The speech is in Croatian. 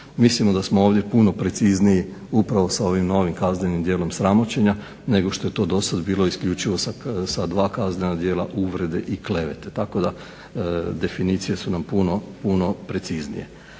Mislimo da smo ovdje puno preciznije upravo sa ovim novim kaznenim djelom sramoćenja nego što je to dosad bilo isključivo sa dva kaznena djela uvrede i klevete. Tako da definicije su nam puno preciznije.